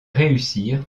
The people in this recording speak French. réussir